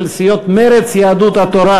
של סיעות מרצ ויהדות התורה.